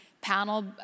panel